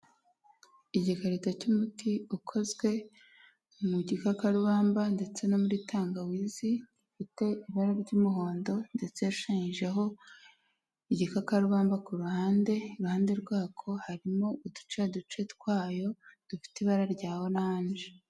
Igikarito cy'umuti ukozwe mu gikakarubamba ndetse no muri tangawizi, ufite ibara ry'umuhondo ndetse hashushanyijeho igikakarubamba ku ruhande, iruhande rwako harimo uduce duce twayo dufite ibara rya oranje.